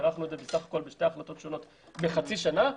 הארכנו את זה בסך הכול בשתי החלטות שונות בחצי שנה.